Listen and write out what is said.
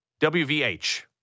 WVH